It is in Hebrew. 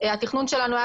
התכנון שלנו היה